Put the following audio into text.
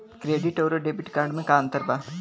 Credit अउरो debit card मे का अन्तर बा?